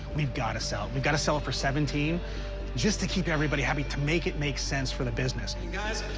we've gotta sell. we've gotta sell for seventeen just to keep everybody happy, to make it make sense for the business. guys,